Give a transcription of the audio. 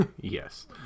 Yes